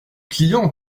client